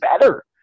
better